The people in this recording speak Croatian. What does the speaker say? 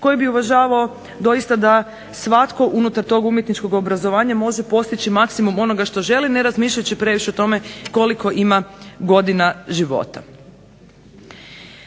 koji bi uvažavao doista da svatko unutar tog umjetničkog obrazovanja može postići maksimum onoga što želi ne razmišljajući previše o tome koliko ima godina života.